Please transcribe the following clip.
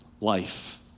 life